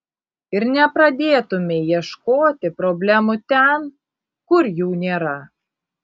ir nepradėtumei ieškoti problemų ten kur jų nėra